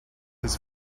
his